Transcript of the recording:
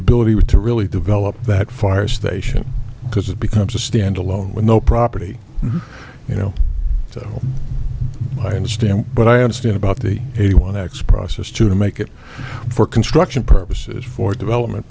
ability to really develop that fire station because it becomes a standalone with no property you know so i understand but i understand about the eighty one x process to make it for construction purposes for development